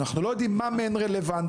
אנחנו לא יודעים מה מהן רלוונטי,